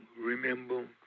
remember